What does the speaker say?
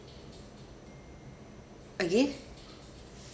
again